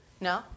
No